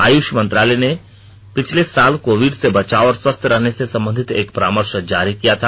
आयुष मंत्रालय ने पिछले साल कोविड से बचाव और स्वस्थ रहने से संबंधित एक परामर्श जारी किया था